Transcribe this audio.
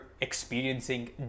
experiencing